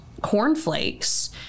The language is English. cornflakes